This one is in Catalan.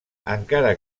encara